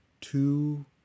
two